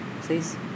please